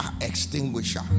extinguisher